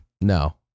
no